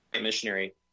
missionary